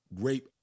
rape